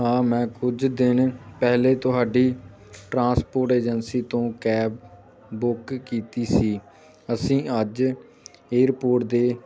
ਹਾਂ ਮੈਂ ਕੁਝ ਦਿਨ ਪਹਿਲੇ ਤੁਹਾਡੀ ਟਰਾਂਸਪੋਰਟ ਏਜੰਸੀ ਤੋਂ ਕੈਬ ਬੁੱਕ ਕੀਤੀ ਸੀ ਅਸੀਂ ਅੱਜ ਏਅਰਪੋਰਟ ਦੇ